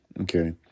Okay